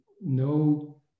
no